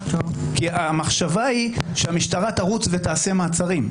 כי המחשבה היא שהמשטרה תרוץ ותעשה מעצרים.